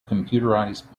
computerized